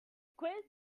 quiz